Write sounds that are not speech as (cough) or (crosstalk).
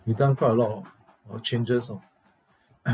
we done quite a lot orh of changes orh (coughs)